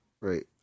Right